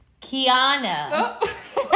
Kiana